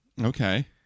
Okay